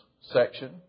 section